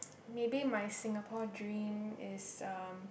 maybe my Singapore dream is um